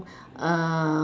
uh